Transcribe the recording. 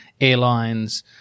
airlines